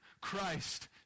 Christ